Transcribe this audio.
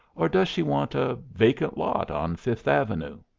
or does she want a vacant lot on fifth avenue?